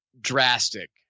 drastic